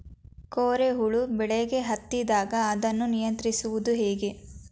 ಕೋರೆ ಹುಳು ಬೆಳೆಗೆ ಹತ್ತಿದಾಗ ಅದನ್ನು ನಿಯಂತ್ರಿಸುವುದು ಹೇಗೆ?